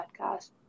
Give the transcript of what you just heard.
podcast